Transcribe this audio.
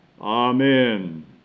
Amen